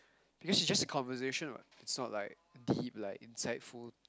this is just a conversation what it's not like really like insightful